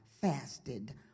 fasted